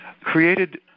created